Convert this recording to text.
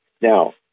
Now